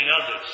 others